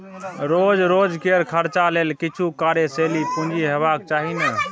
रोज रोजकेर खर्चा लेल किछु कार्यशील पूंजी हेबाक चाही ने